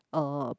uh